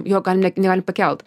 jo gal net negali pakelt